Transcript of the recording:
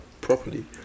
properly